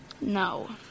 No